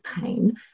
pain